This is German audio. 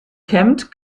kämmt